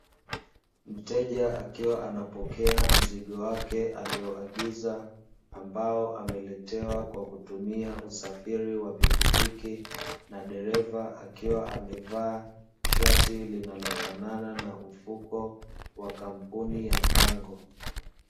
Mteja akiwa anapokea mzigo wake alioagiza ambao ameletewa kwa kutumia usafiri wa pikipiki, na dereva akiwa amevaa shati linalofanana na mfuko wa kampuni ya "CANGO".